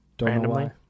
randomly